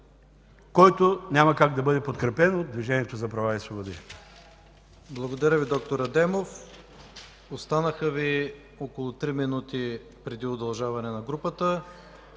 който няма как да бъде подкрепен от Движението за права и свободи.